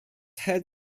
head